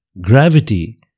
Gravity